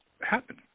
happen